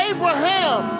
Abraham